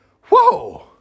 Whoa